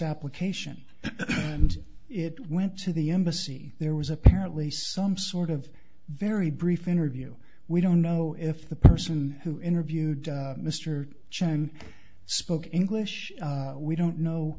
application and it went to the embassy there was apparently some sort of very brief interview we don't know if the person who interviewed mr chime spoke english we don't know